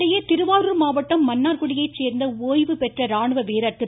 இதனிடையே திருவாரூர் மாவட்டம் மன்னார்குடியை சேர்ந்த ஒய்வு பெற்ற ராணுவ வீரர் திரு